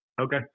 Okay